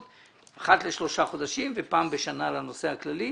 אחת לשלושה חודשים ופעם בשנה על הנושא הכללי.